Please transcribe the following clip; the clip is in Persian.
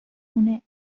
خونه